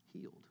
healed